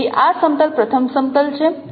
તેથી આ સમતલ પ્રથમ સમતલ છે